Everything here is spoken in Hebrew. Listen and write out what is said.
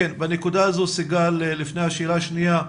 בנקודה הזו סיגל, לפני השאלה השניה,